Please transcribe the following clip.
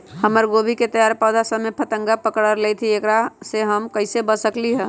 हमर गोभी के तैयार पौधा सब में फतंगा पकड़ लेई थई एकरा से हम कईसे बच सकली है?